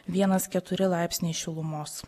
vienas keturi laipsniai šilumos